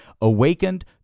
awakened